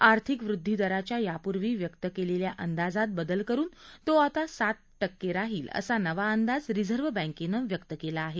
आर्थिक वृद्वी दराच्या यापूर्वी व्यक्त केलेल्या अंदाजात बदल करून तो आता सात टक्के राहील असा नवा अंदाज रिझर्व्ह बँकेनं व्यक्त केला आहे